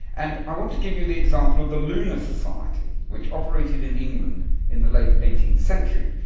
and i want to give you the example of the lunar society which operated in england in the late eighteenth century.